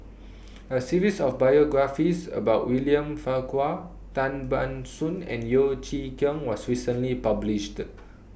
A series of biographies about William Farquhar Tan Ban Soon and Yeo Chee Kiong was recently published